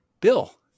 Bill